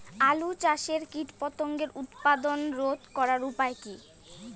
আলু চাষের কীটপতঙ্গের উৎপাত রোধ করার উপায় কী?